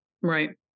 Right